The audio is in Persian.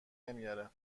نمیاره